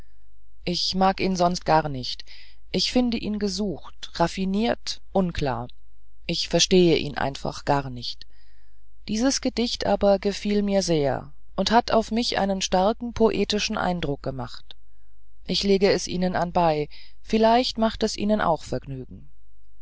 ich mag ihn sonst gar nicht finde ihn gesucht raffiniert unklar ich verstehe ihn einfach gar nicht dieses gedicht aber gefiel mir sehr und hat auf mich einen starken poetischen eindruck gemacht ich lege es ihnen anbei vielleicht macht es ihnen auch vergnügen